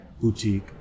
boutique